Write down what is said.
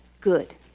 Good